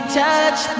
touch